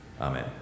Amen